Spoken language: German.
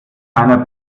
meiner